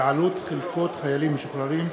ועלות חלקות חיילים משוחררים,